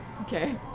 Okay